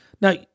Now